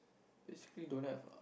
basically don't have ah